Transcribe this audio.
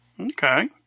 Okay